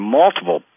multiple